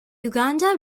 uganda